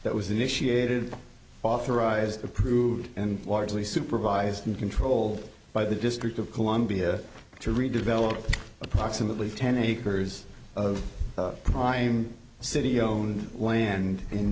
that was initiated authorized approved and largely supervised and controlled by the district of columbia to redevelop approximately ten acres of prime city own land in